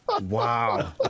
Wow